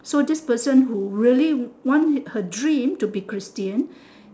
so this person who really want her dream to be christian